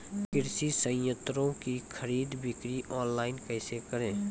कृषि संयंत्रों की खरीद बिक्री ऑनलाइन कैसे करे?